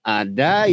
ada